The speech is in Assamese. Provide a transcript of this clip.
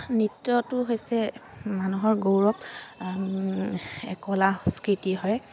নৃত্যটো হৈছে মানুহৰ গৌৰৱ কলা সংস্কৃতি হয়